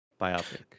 Biopic